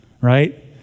right